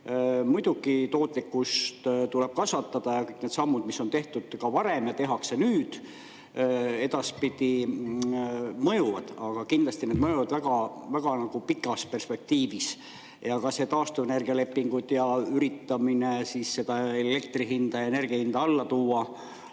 Muidugi, tootlikkust tuleb kasvatada ja kõik need sammud, mis on tehtud varem ja tehakse nüüd, edaspidi mõjuvad, aga kindlasti need mõjuvad väga pikas perspektiivis. Ja ka taastuvenergia lepingud ja üritamine seda elektrihinda, energiahinda alla tuua